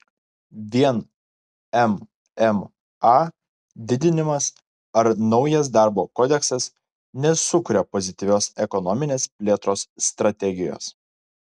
vien mma didinimas ar naujas darbo kodeksas nesukuria pozityvios ekonominės plėtros strategijos